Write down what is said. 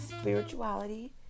spirituality